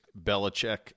Belichick